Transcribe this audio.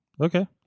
okay